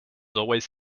always